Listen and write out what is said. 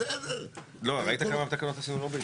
בלי זה, לא מתחילים את העניין.